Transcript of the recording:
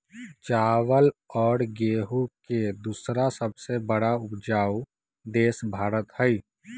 चावल और गेहूं के दूसरा सबसे बड़ा उपजाऊ देश भारत हई